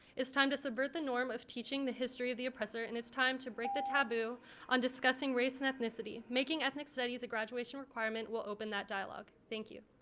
it's time to subvert the norm of teaching the history of the oppressor and it's time to break the taboo on discussing race and ethnicity making ethnic studies a graduation requirement will open that dialogue. thank you.